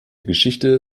geschichte